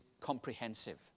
comprehensive